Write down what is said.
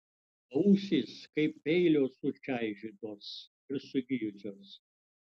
ausys kaip peilio sučaižytos ir sugijusios